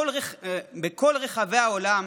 בכל רחבי העולם